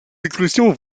expressions